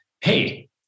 hey